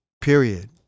period